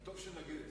וטוב שנגיד את זה.